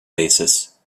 basis